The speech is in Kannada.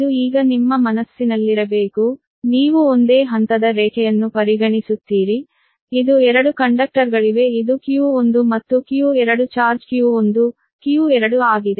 ಇದು ಈಗ ನಿಮ್ಮ ಮನಸ್ಸಿನಲ್ಲಿರಬೇಕು ನೀವು ಒಂದೇ ಹಂತದ ರೇಖೆಯನ್ನು ಪರಿಗಣಿಸುತ್ತೀರಿ ಇದು 2 ಕಂಡಕ್ಟರ್ಗಳಿವೆ ಇದು q1 ಮತ್ತು q2 ಚಾರ್ಜ್ q1 q2 ಆಗಿದೆ